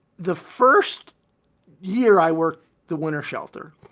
the first year i worked the winter shelter.